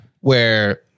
Where-